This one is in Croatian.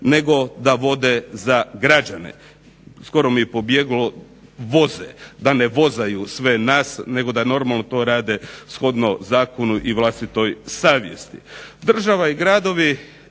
nego da vode za građane. Skoro mi je pobjeglo voze, da ne vozaju sve nas nego da normalno to rade shodno zakonu i vlastitoj savjesti. Država i gradovi,